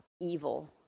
evil